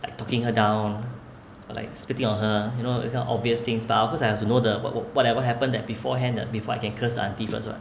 let talking her down or like spitting on her you know this kind of obvious things but of course I have to know the what what whatever happened that beforehand that before I can curse the aunty first [what]